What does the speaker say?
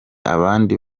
abandi